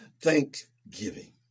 Thanksgiving